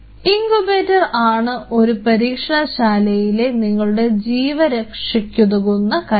incubator ആണ് ഒരു പരീക്ഷണശാലയിലെ നിങ്ങളുടെ ജീവരക്ഷിക്കുതകുന്ന കയർ